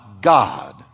God